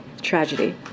tragedy